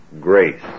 grace